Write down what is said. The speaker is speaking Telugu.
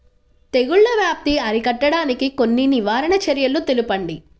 తెగుళ్ల వ్యాప్తి అరికట్టడానికి కొన్ని నివారణ చర్యలు తెలుపండి?